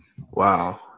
Wow